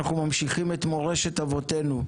מורשת אבותינו.